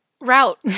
route